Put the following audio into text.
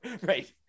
right